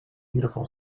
beautiful